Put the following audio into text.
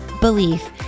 belief